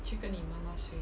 去跟你妈妈睡